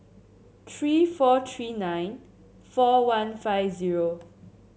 tree four tree nine four one five zero